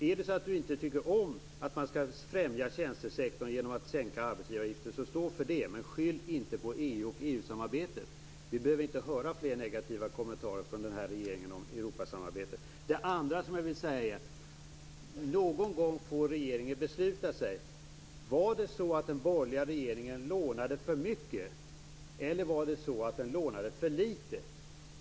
Om Thomas Östros inte tycker om att tjänstesektorn främjas genom sänkta arbetsgivaravgifter, stå då för det och skyll inte på EU och EU-samarbetet! Vi behöver inte höra fler negativa kommentarer från den här regeringen om Europasamarbetet. Någon gång får väl regeringen bestämma sig. Var det så att den borgerliga regeringen lånade för mycket eller var det så att den lånade för litet?